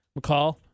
McCall